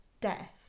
death